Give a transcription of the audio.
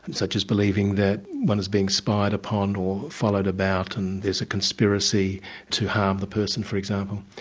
such as believing that one is being spied upon, or followed about, and there's a conspiracy to harm the person, for example.